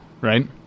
right